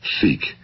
Seek